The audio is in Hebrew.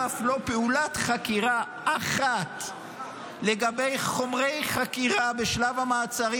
אף לא פעולת חקירה אחת לגבי חומרי חקירה בשלב המעצרים,